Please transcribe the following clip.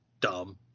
dumb